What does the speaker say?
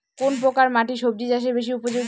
কোন প্রকার মাটি সবজি চাষে বেশি উপযোগী?